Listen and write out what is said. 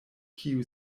kiu